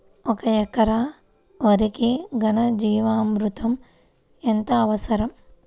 ఒక ఎకరా వరికి ఘన జీవామృతం ఎంత అవసరం?